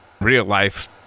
real-life